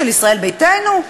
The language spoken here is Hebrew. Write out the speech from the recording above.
של ישראל ביתנו,